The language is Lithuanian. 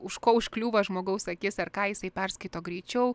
už ko užkliūva žmogaus akis ir ką jisai perskaito greičiau